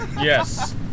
yes